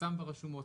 פורסם ברשומות,